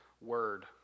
word